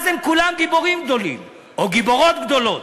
אז הם כולם גיבורים גדולים או גיבורות גדולות.